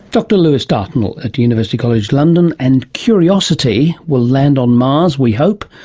dr lewis dartnell at university college london. and curiosity will land on mars, we hope,